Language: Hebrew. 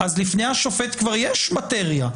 אז לפני השופט כבר יש מטריה.